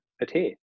adhere